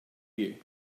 you